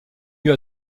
lieu